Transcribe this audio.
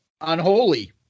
Unholy